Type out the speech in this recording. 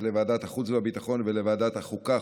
לוועדת החוץ והביטחון ולוועדת החוקה,